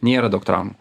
nėra daug traumų